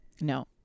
No